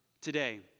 today